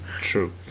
True